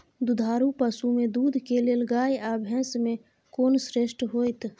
दुधारू पसु में दूध के लेल गाय आ भैंस में कोन श्रेष्ठ होयत?